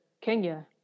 Kenya